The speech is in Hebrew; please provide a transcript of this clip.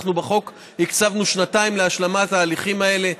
אנחנו בחוק הקצבנו שנתיים להשלמת ההליכים האלה.